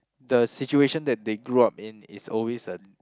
the situation that they grew up in is always a